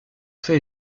fait